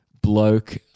bloke